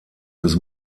des